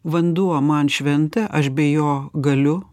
vanduo man šventa aš be jo galiu